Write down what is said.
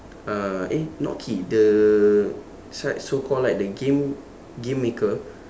uh eh not key the sorry so called like the game game maker